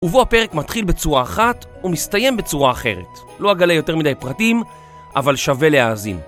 ובו הפרק מתחיל בצורה אחת, ומסתיים בצורה אחרת. לא אגלה יותר מדי פרטים, אבל שווה להאזין.